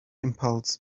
impulse